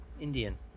indian